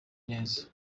neza